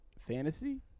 fantasy